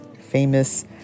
famous